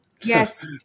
Yes